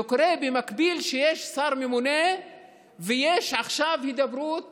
זה קורה כשבמקביל יש שר ממונה ויש עכשיו הידברות